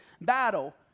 battle